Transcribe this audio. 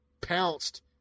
pounced